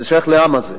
זה שייך לעם הזה,